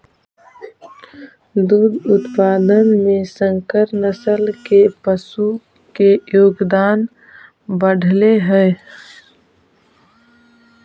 दुग्ध उत्पादन में संकर नस्ल के पशु के योगदान बढ़ले हइ